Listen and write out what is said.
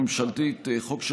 הוא נמצא באותו